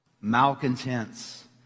malcontents